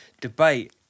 debate